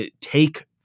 take